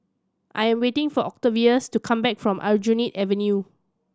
I am waiting for Octavius to come back from Aljunied Avenue